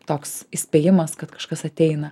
toks įspėjimas kad kažkas ateina